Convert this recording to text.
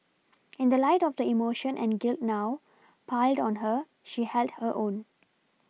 in the light of the emotion and guilt now piled on her she held her own